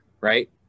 right